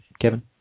Kevin